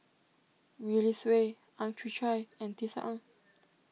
Gwee Li Sui Ang Chwee Chai and Tisa Ang